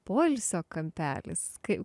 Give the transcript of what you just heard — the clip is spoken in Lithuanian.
poilsio kampelis kai